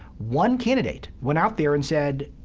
one candidate went out there and said,